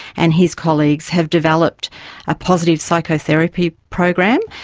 and his colleagues, have developed a positive psychotherapy program.